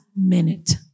minute